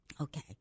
Okay